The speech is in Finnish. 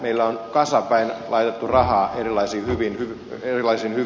meillä on kasapäin laitettu rahaa erilaisiin hyviin toimintaohjelmiin